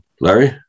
Larry